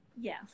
Yes